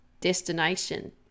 destination